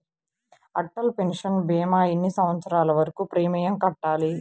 Atal pension భీమా ఎన్ని సంవత్సరాలు వరకు ప్రీమియం కట్టాలి?